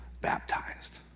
baptized